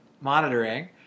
monitoring